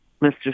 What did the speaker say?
Mr